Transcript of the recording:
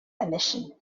admission